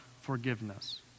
forgiveness